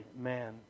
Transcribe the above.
man